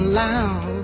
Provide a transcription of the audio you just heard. loud